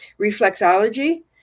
reflexology